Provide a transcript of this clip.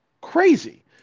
crazy